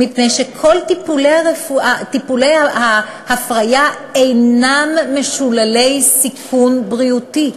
מפני שכל טיפולי ההפריה אינם משוללי סיכון בריאותי,